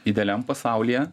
idealiam pasaulyje